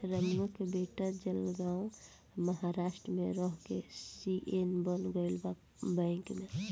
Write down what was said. रमुआ के बेटा जलगांव महाराष्ट्र में रह के सी.ए बन गईल बा बैंक में